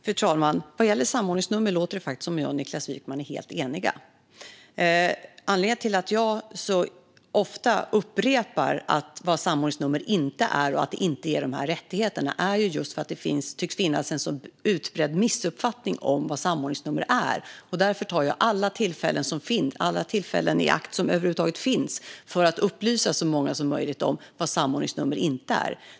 Fru talman! Vad gäller samordningsnumren låter det faktiskt som om jag och Niklas Wykman är helt eniga. Anledningen till att jag så ofta upprepar vad samordningsnummer inte är och att de inte ger dessa rättigheter är just att det tycks finnas en utbredd missuppfattning om vad samordningsnummer är. Därför tar jag alla tillfällen som över huvud taget finns i akt att upplysa så många som möjligt om vad samordningsnummer inte är.